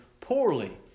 poorly